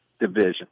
division